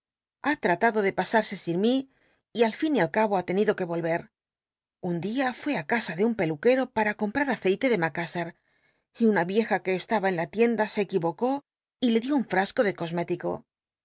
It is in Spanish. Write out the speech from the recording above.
ha iraado de pasars sin mi y al fin y al callo ha lcnitlo l que volver un día fué á casa tic un peluquero para comprar aceite de laca a r y una vieja qu e estaba en la tienda se equivocó y le dio un frasco de cosmético